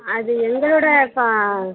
அது எங்களோடய ஃபா